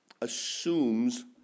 assumes